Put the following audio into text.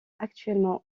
actuellement